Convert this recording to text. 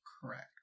Correct